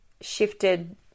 shifted